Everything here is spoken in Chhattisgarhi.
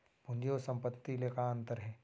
पूंजी अऊ संपत्ति ले का अंतर हे?